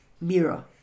mirror